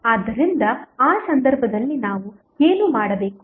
ಆದ್ದರಿಂದ ಆ ಸಂದರ್ಭದಲ್ಲಿ ನಾವು ಏನು ಮಾಡಬೇಕು